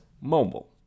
mobile